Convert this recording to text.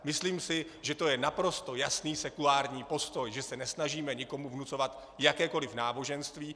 Myslím si, že to je naprosto jasný sekulární postoj, že se nesnažíme nikomu vnucovat jakékoli náboženství.